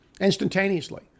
Instantaneously